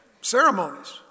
ceremonies